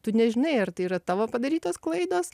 tu nežinai ar tai yra tavo padarytos klaidos